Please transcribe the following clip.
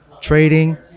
trading